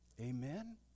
Amen